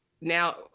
now